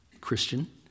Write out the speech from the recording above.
Christian